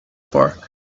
park